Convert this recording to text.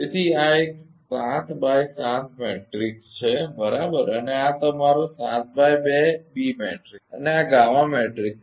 તેથી આ એક 7 x 7 મેટ્રિક્સ છે બરાબર અને આ તમારો 7 x 2 B મેટ્રિક્સ છે અને આ ગામા મેટ્રિક્સ છે